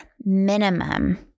minimum